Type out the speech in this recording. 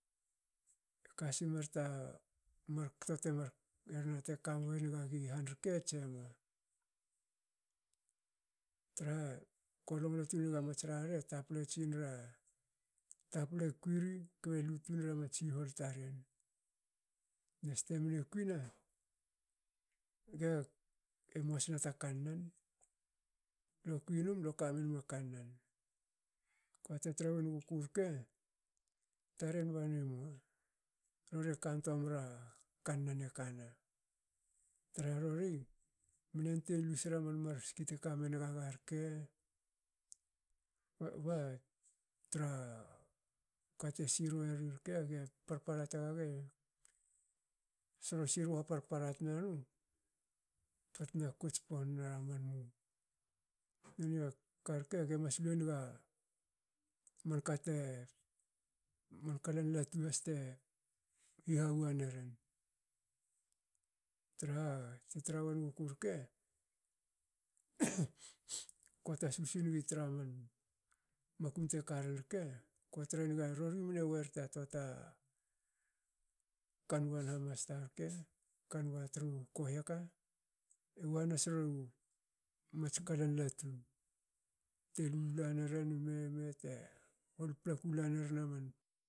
Ka kasimer ta markto temar hena teka wongagi han rke tse mua? Traha ko longlo tune naga mats rarre taple tsinra taple kuiri kbe lutun era mats hihol taren neste mne kuine. ge mua sne ta kannan. lo kui num lo ka menma kannan kba te tra won guku rke taren bani emoa. rorie ekan toa mera kannan e kana traha rori. mne yantuen lu sera man ski teka mengaga rke ba tra kate sirue ri rke parpara tgaga solon siru ha parpara tnanu ba tna kots ponra man mu. Nonia karke ge mas lue naga manka te man kalan latu has te hihawa neren. Traha te tra wonguku rke ko tasu singi tra man makum te karin rke, ko trenga rori mne wer ta toa ta kanwa hamasta rke. kanwa tru kohiaka e wa naseru mats kalan latu te lulaeren ime- me te hol paplaku lan neren